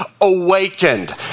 awakened